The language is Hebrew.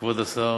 כבוד השר,